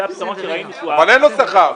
אבל אין לו שכר.